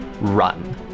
run